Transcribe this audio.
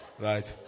Right